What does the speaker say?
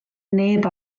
neb